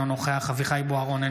אינו נוכח אביחי אברהם בוארון,